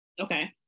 okay